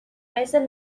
veces